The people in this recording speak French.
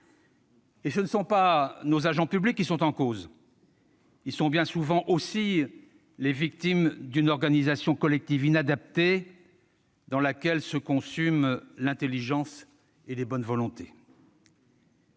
Et ce ne sont pas nos agents publics qui sont en cause ; ils sont bien souvent aussi les victimes d'une organisation collective inadaptée, dans laquelle se consument l'intelligence et les bonnes volontés.